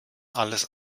alles